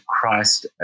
Christ